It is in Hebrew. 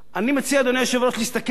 להסתכל על חוק הטלוויזיה בכבלים,